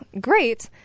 Great